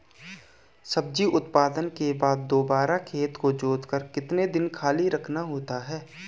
सब्जी उत्पादन के बाद दोबारा खेत को जोतकर कितने दिन खाली रखना होता है?